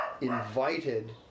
invited